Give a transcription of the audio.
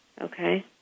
Okay